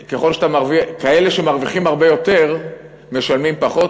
שכאלה שמרוויחים הרבה יותר משלמים פחות,